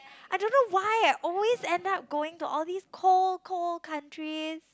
I don't know why always end up going to all these cold cold country